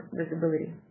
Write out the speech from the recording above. visibility